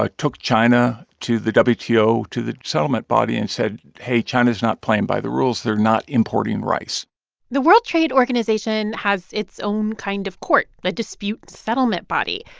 ah took china to the wto to the settlement body and said, hey, china is not playing by the rules. they're not importing rice the world trade organization has its own kind of court, the dispute settlement body.